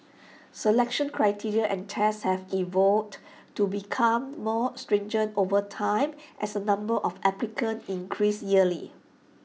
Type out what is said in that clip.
selection criteria and tests have evolved to become more stringent over time as the number of applicants increase yearly